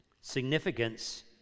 significance